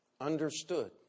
understood